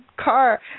car